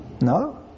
No